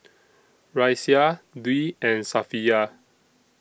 Raisya Dwi and Safiya